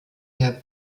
der